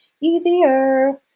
Easier